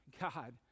God